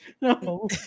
No